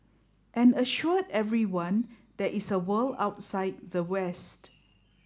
and assured everyone there is a world outside the west